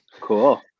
Cool